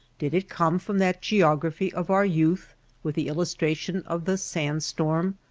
did it come from that geography of our youth with the illustration of the sand-storm,